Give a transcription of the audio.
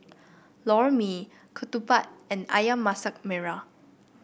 Lor Mee ketupat and ayam Masak Merah